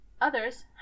Others